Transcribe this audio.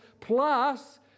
plus